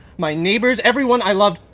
my neighbours. everyone i loved,